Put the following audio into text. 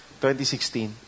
2016